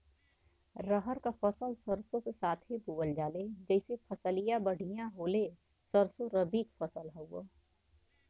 रहर क फसल सरसो के साथे बुवल जाले जैसे फसलिया बढ़िया होले सरसो रबीक फसल हवौ